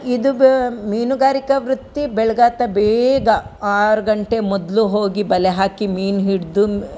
ಇದು ಬಾ ಮೀನುಗಾರಿಕಾ ವೃತ್ತಿ ಬೆಳ್ಗಾತ ಬೇಗ ಆರು ಗಂಟೆ ಮೊದಲು ಹೋಗಿ ಬಲೆ ಹಾಕಿ ಮೀನು ಹಿಡ್ದು